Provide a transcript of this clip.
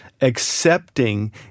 accepting